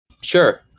Sure